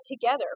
together